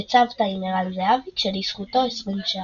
בצוותא עם ערן זהבי, כשלזכותו 20 שערים.